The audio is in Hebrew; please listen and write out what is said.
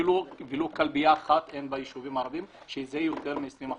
אפילו כלבייה אחת אין בישובים הערביים שזה יותר מ-20%